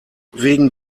wegen